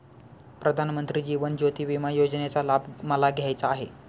प्रधानमंत्री जीवन ज्योती विमा योजनेचा लाभ मला घ्यायचा आहे